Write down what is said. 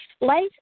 Life